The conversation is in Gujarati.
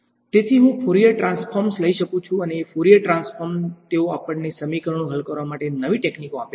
તેથી હું ફોરીયર ટ્રાન્સફોર્મ્સ લઈ શકું છું અને ફોરીયર ટ્રાન્સફોર્મ્સ તેઓ આપણને સમીકરણો હલ કરવા માટે નવી તકનીકોનો આપી છે